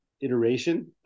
Iteration